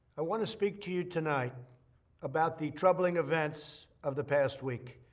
i want to speak to you tonight about the troubling events of the past week.